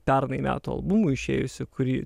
pernai metų albumų išėjusių kurį